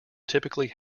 typically